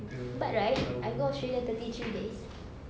but right I go australia thirty three days